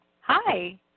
Hi